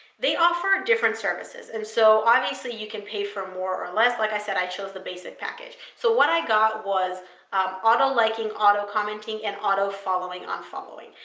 they offer different services, and so, obviously, you can pay for more or less. like i said, i chose the basic package, so what i got was um auto liking, auto commenting, and auto following and unfollowing.